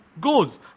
goes